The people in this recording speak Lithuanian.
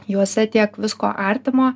juose tiek visko artimo